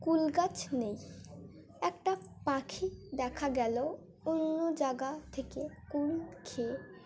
কুলগাছ নেই একটা পাখি দেখা গেল অন্য জায়গা থেকে কুল খেয়ে